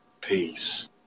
Peace